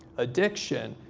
addiction,